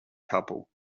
couple